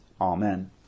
Amen